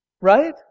right